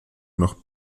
nach